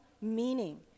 meaning